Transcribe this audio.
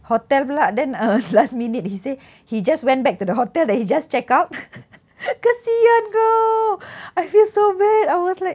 hotel pula then uh last minute he say he just went back to the hotel that he just check out kesian kau I feel so bad I was like